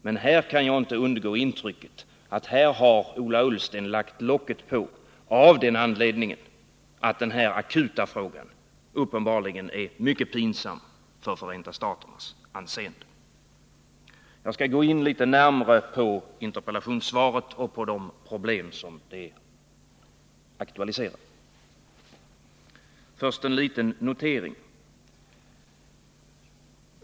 Men här kan jag inte undgå intrycket att Ola Ullsten har lagt locket på, av den anledningen att den här akuta frågan uppenbarligen är mycket pinsam för Förenta staternas anseende. Jag skall gå in litet närmare på interpellationssvaret och på de problem som det aktualiserar. Först en liten notering.